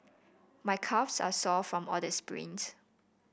my calves are sore from all the sprints